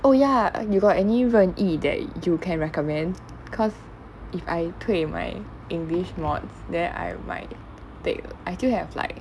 oh ya you got any 任意 that you can recommend because if I 退 my english mods then I might take I still have like